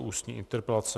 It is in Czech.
Ústní interpelace